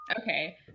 Okay